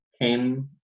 came